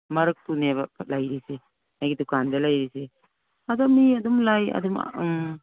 ꯃꯔꯛꯇꯨꯅꯦꯕ ꯂꯩꯔꯤꯁꯦ ꯑꯩꯒꯤ ꯗꯨꯀꯥꯟꯗ ꯂꯩꯔꯤꯁꯦ ꯑꯗꯨ ꯃꯤ ꯑꯗꯨꯝ ꯂꯥꯛꯏ ꯑꯗꯨꯝ ꯎꯝ